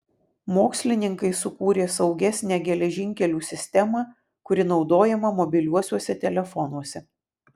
mokslininkai sukūrė saugesnę geležinkelių sistemą kuri naudojama mobiliuosiuose telefonuose